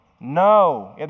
No